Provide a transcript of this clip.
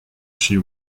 she